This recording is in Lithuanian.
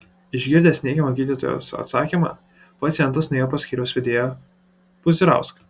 išgirdęs neigiamą gydytojos atsakymą pacientas nuėjo pas skyriaus vedėją puzirauską